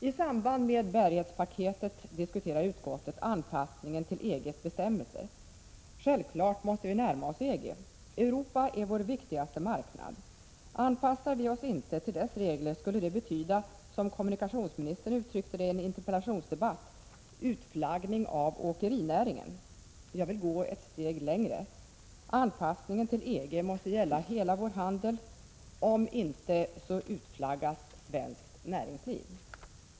I samband med bärighetspaketet diskuterar utskottet anpassningen till EG:s bestämmelser. Det är självklart att vi måste närma oss EG. Europa är vår viktigaste marknad. Anpassar vi oss inte till dess regler, skulle det betyda, som kommunikationsministern uttryckte det i en interpellationsdebatt, ”utflaggning av åkerinäringen”. Jag vill gå ett steg längre, anpassningen till EG måste gälla hela vår handel — om inte så ”utflaggas” svenskt näringsliv.